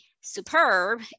superb